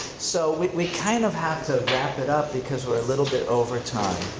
so we we kind of have to wrap it up because we're a little bit over time